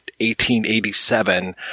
1887